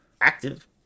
active